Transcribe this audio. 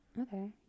Okay